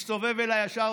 סמוטריץ',